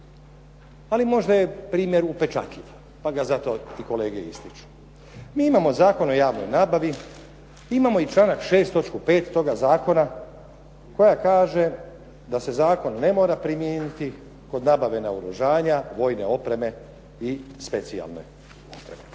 Ali možda je primjer upečatljiv pa ga zato i kolege ističu. Mi imamo Zakon o javnoj nabavi, imamo i članak 6. točku 5. toga zakona koja kaže da se zakon ne mora primijeniti kod nabave naoružanja, vojne opreme i specijalne opreme.